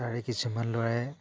তাৰে কিছুমান ল'ৰাই